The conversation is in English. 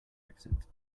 exit